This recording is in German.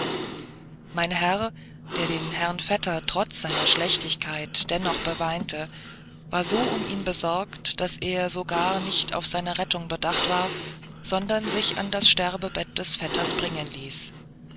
mein herr der den herrn vetter trotz seiner schlechtigkeit dennoch beweinte war so um ihn besorgt daß er sogar nicht auf seine rettung bedacht war sondern sich an das sterbebett des vetters bringen ließ